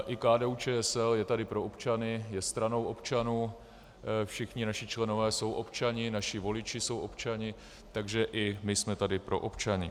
I KDUČSL je tady pro občany, je stranou občanů, všichni naši členové jsou občané, naši voliči jsou občané, takže i my jsme tady pro občany.